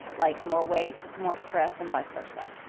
like more weight, more stress, and vice versa?